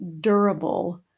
durable